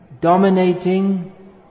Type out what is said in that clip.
dominating